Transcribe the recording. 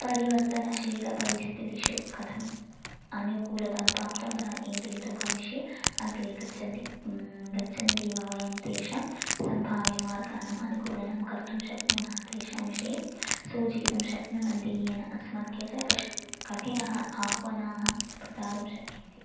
परिवर्तनशीलपरिस्थितिषु कथम् अनुकूलतां प्राप्तवन्तः एते तु भविष्ये अग्रे गच्छन्ति गच्छन्ति वा वयं तेषां सम्भाव्यमार्गाणाम् अनुकूलनं कर्तुं शक्नुमः तेषां विषये सूचितुं शक्नुवन्ति येन अस्मत् केचन कष्टं कठिनः आह्वानं प्रदातुं शक्यन्ते